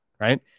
right